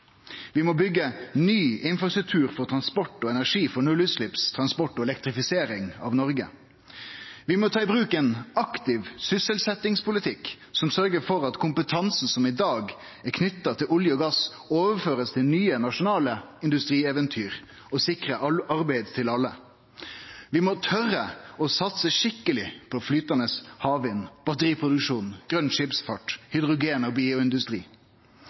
Vi må byggje ny infrastruktur for transport og energi for nullutsleppstransport og elektrifisering av Noreg. Vi må ta i bruk ein aktiv sysselsetjingspolitikk som sørgjer for at kompetansen som i dag er knytt til olje og gass, blir overført til nye nasjonale industrieventyr og sikrar arbeid til alle. Vi må tore å satse skikkeleg på flytande havvind, batteriproduksjon, grøn skipsfart, hydrogen og bioindustri.